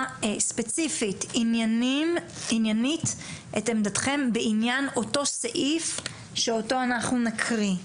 ספציפית ועניינית את עמדכם בעניין אותו סעיף שאותו אנחנו נקריא.